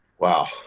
Wow